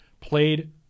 played